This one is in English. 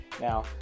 Now